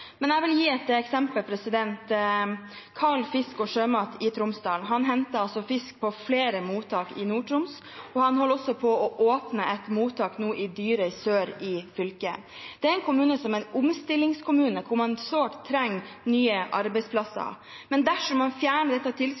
Men jeg vil gi et eksempel: Karls Fisk & Skalldyr i Tromsdalen henter fisk på flere mottak i Nord-Troms, og holder også på å åpne et mottak nå i Dyrøy sør i fylket. Det er en kommune som er en omstillingskommune, hvor man sårt trenger nye arbeidsplasser. Men dersom man fjerner dette